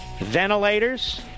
ventilators